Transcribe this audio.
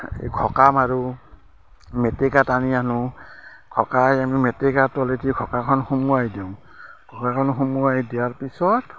এই ঘকা মাৰোঁ মেট্ৰিকাত টানি আনোঁ ঘকাই আমি মেট্ৰিকাৰ তলেদি ঘকাখন সোমোৱাই দিওঁ ঘকাখন সোমোৱাই দিয়াৰ পিছত